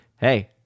hey